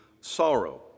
sorrow